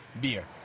beer